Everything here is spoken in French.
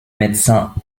médecin